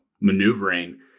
maneuvering